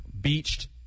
beached